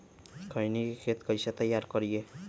खैनी के खेत कइसे तैयार करिए?